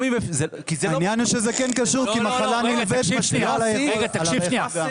זה כן קשור כי מחלה נלווית משפיעה על היכולת.